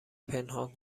پنهان